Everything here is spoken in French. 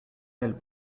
ailes